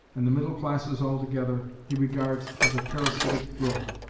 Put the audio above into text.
and the middle classes altogether, he regards as a parasitic growth,